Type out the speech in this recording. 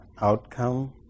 outcome